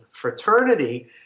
fraternity